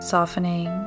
Softening